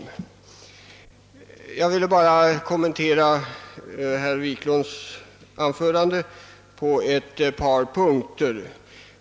Jag vill bara kommentera herr Wiklunds anförande på ett par punkter.